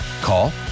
call